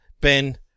Ben